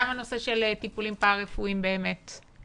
גם הנושא של טיפולים פרה רפואיים לילדים,